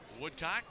woodcock